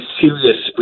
serious